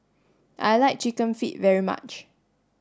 I like chicken feet very much